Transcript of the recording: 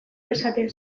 esaten